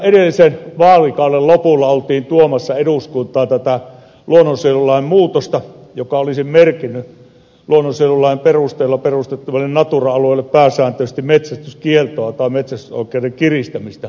edellisen vaalikauden lopulla oltiin tuomassa eduskuntaan luonnonsuojelulain muutosta joka olisi merkinnyt luonnonsuojelulain perusteella perustettaville natura alueille pääsääntöisesti metsästyskieltoa tai metsästysoikeuden kiristämistä natura alueilla